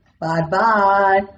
bye-bye